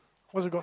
what's it got